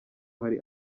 hari